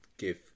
Give